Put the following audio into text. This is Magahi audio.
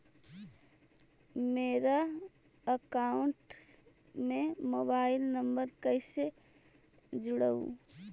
मेरा अकाउंटस में मोबाईल नम्बर कैसे जुड़उ?